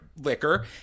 liquor